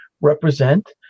represent –